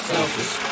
Selfish